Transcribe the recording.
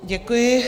Děkuji.